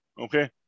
Okay